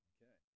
Okay